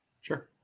Sure